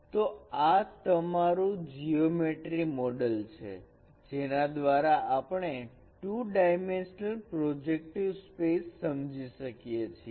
તો આ તમારું જીયોમેટ્રિ મોડેલ છે જેના દ્વારા આપણે 2 ડાયમેન્શનલ પ્રોજેક્ટિવ સ્પેસ સમજી શકીએ છીએ